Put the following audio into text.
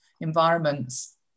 environments